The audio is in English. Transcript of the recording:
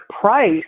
price